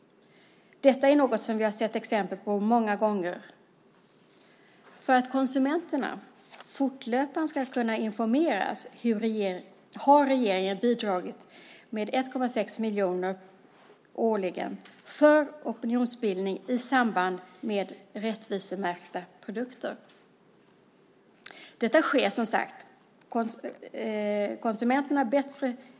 Detta har vi sett exempel på många gånger. För att konsumenterna fortlöpande ska kunna informeras har regeringen bidragit med 1,6 miljoner årligen för opinionsbildning i samband med rättvisemärkta produkter.